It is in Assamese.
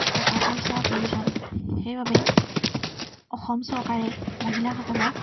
টকা পইচাৰ প্ৰয়োজন সেইবাবে অসম চৰকাৰে মহিলাসকলক